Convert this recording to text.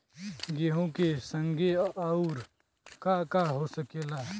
गेहूँ के संगे अउर का का हो सकेला?